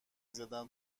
زدم